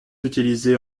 utilisée